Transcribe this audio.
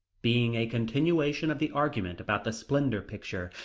being a continuation of the argument about the splendor pictures,